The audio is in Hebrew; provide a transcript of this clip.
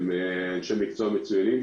הם אנשי מקצוע מצוינים,